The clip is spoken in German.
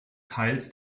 teils